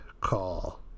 call